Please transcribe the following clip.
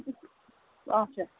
آچھا